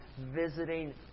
visiting